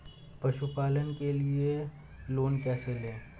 पशुपालन के लिए लोन कैसे लें?